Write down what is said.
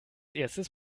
erstes